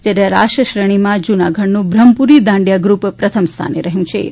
જ્યારે રાસ શ્રેણીમાં જૂનાગઢનું બ્રહ્મપુરી દાંડિયા ગ્રૂપ પ્રથમ સ્થાને રહ્યું છિ